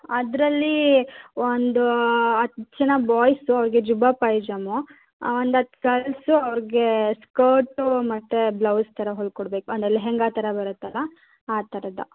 ಅದರಲ್ಲಿ ಒಂದು ಹತ್ತು ಜನ ಬಾಯ್ಸು ಅವ್ರಿಗೆ ಜುಬ್ಬ ಪೈಜಾಮ ಒಂದು ಹತ್ತು ಗರ್ಲ್ಸು ಅವ್ರಿಗೆ ಸ್ಕರ್ಟು ಮತ್ತು ಬ್ಲೌಸ್ ಥರ ಹೊಲ್ಕೊಡ್ಬೇಕು ಅಂದರೆ ಲೆಹೆಂಗ ಥರ ಬರುತ್ತಲ್ವ ಆ ಥರದ್ದು